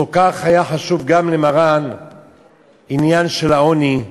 כל כך היה חשוב גם למרן העניין של העוני,